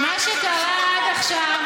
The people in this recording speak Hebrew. מה שקרה עד עכשיו,